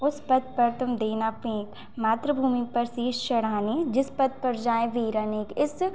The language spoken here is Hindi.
उस पथ पर तुम देना फेंक मातृभूमि पर शीर्ष चढ़ाने जिस पथ पर जाएँ वीर अनेक इस